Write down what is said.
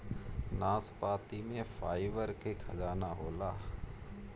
नाशपाती में फाइबर के खजाना होला